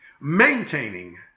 maintaining